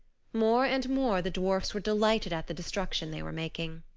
more and more the dwarfs were delighted at the destruction they were making.